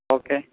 okay